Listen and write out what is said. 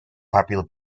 popular